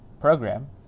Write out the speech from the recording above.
program